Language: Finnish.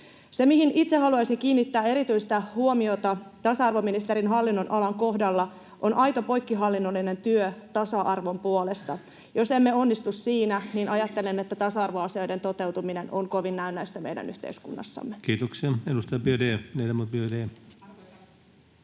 Se, mihin itse haluaisin kiinnittää erityistä huomiota tasa-arvoministerin hallinnonalan kohdalla, on aito poikkihallinnollinen työ tasa-arvon puolesta. Jos emme onnistu siinä, niin ajattelen, että tasa-arvoasioiden toteutuminen on kovin näennäistä meidän yhteiskunnassamme. [Speech 165] Speaker: